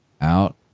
out